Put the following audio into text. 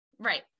right